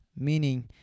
meaning